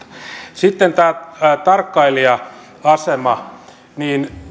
sitten tämä tarkkailija asema